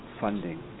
funding